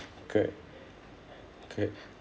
correct correct